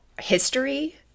history